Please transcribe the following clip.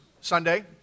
Sunday